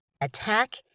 attack